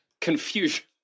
Confusion